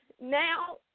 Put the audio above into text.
now